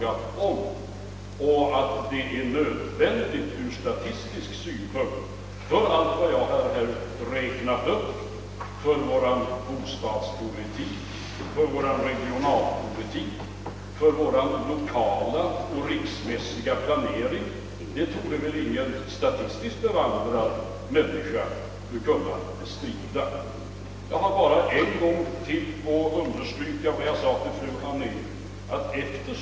Att en folkoch bostadsräkning är nödvändig ur statistisk synpunkt och för allt det jag här räknat upp — för vår bostadspolitik, för vår regionalpolitik, för vår lokala och riksmässiga planering — torde väl ingen statistiskt bevandrad människa kunna bestrida. Jag vill bara än en gång understryka vad jag sade till fru Anér.